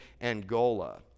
Angola